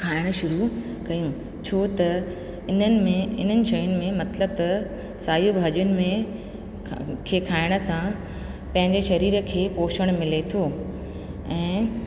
खाइणु शुरू कयूं छो त इन्हनि में इन्हनि शयुनि में मतिलब त साई भाॼियुनि में खे खाइण सां पंहिंजे शरीर खे पोषण मिले थो ऐं